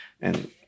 and-